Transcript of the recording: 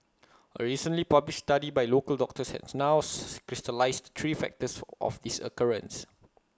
A recently published study by local doctors has now crystallised three factors of this occurrence